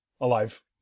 alive